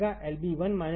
Ib1 Ib2